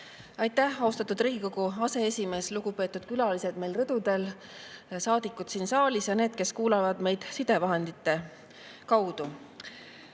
Aitäh, austatud Riigikogu aseesimees! Lugupeetud külalised rõdudel, saadikud siin saalis ja need, kes kuulavad meid sidevahendite kaudu!